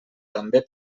també